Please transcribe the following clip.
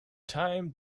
time